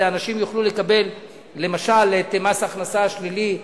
אנשים יוכלו לקבל למשל את מס ההכנסה השלילי,